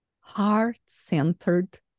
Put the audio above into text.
Heart-Centered